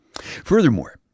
Furthermore